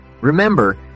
Remember